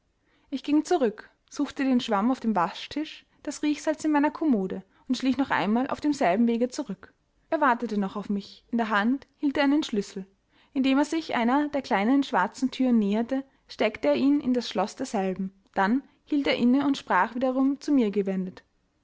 ich ging zurück suchte den schwamm auf dem waschtisch das riechsalz in meiner kommode und schlich noch einmal auf demselben wege zurück er wartete noch auf mich in der hand hielt er einen schlüssel indem er sich einer der kleinen schwarzen thüren näherte steckte er ihn in das schloß derselben dann hielt er inne und sprach wiederum zu mir gewendet